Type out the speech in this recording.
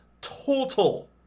total